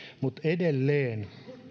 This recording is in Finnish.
mutta edelleen